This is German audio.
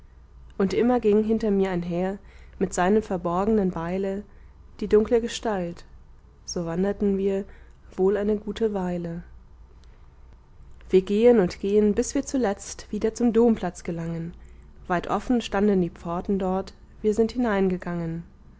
und immer ging hinter mir einher mit seinem verborgenen beile die dunkle gestalt so wanderten wir wohl eine gute weile wir gehen und gehen bis wir zuletzt wieder zum domplatz gelangen weit offen standen die pforten dort wir sind hineingegangen